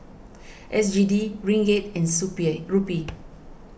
S G D Ringgit and Rupee